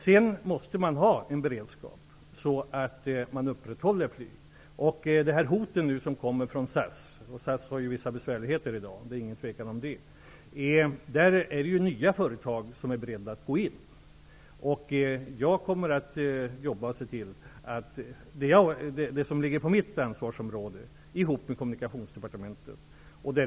Man måste ha en beredskap så att flygtrafiken upprätthålls. Det har nu kommit hot från SAS. SAS har ju vissa besvärligheter i dag. Det är inget tvivel om det. Men det finns här nya företag som är beredda att gå in. Jag kommer att se till att arbeta med det som ligger på mitt ansvarsområde, och vi kommer att arbeta ihop med Kommunikationsdepartementet.